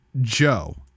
Joe